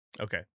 Okay